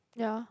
ya